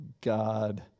God